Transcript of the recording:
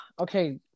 Okay